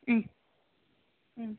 ಹ್ಞೂ ಹ್ಞೂ